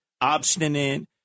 obstinate